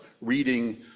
reading